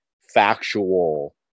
factual